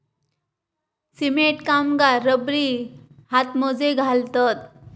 cement कामगार रबरी हातमोजे घालतत